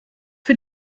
für